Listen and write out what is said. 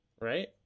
right